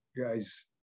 guys